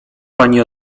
pani